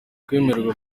kwemererwa